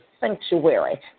Sanctuary